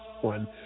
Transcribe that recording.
one